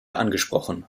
angesprochen